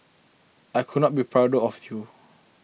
I could not be prouder of you